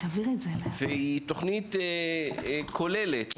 והיא תוכנית כוללת,